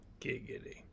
Giggity